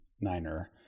Niner